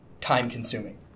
time-consuming